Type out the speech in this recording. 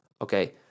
okay